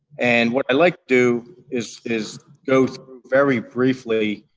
and what i'd like do is is go through very briefly,